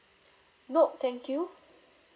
nope thank you